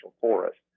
forest